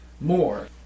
more